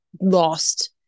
lost